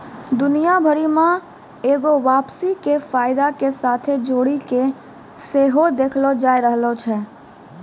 दुनिया भरि मे एगो वापसी के फायदा के साथे जोड़ि के सेहो देखलो जाय रहलो छै